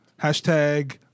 hashtag